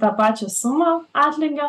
tą pačią sumą atlygio